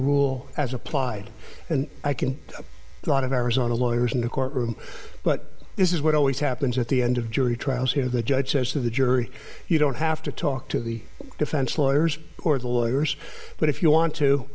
rule as applied and i can a lot of arizona lawyers in the courtroom but this is what always happens at the end of jury trials here the judge says to the jury you don't have to talk to the defense lawyers or the lawyers but if you want